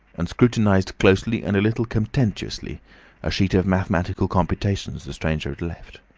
and scrutinised closely and a little contemptuously a sheet of mathematical computations the stranger had left.